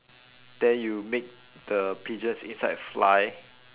then you make the pigeons inside fly